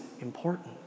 important